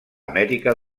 amèrica